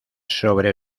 sobre